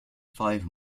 five